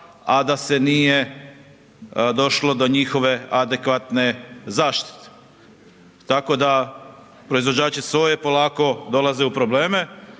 a da se nije došlo do njihove adekvatne zaštite. Tako da, proizvođači soje polako dolaze u probleme,